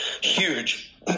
huge